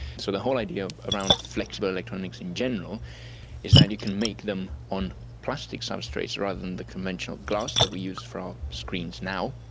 so the whole idea around flexible electronics in general is that you can make them on plastic substrates rather than the conventional glass that we use for um screens now.